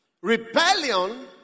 Rebellion